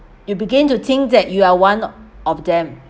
you began to think that you are one of them